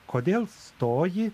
kodėl stoji